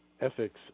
ethics